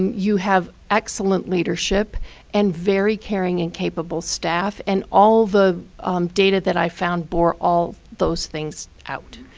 you have excellent leadership and very caring and capable staff. and all the data that i found bore all those things out.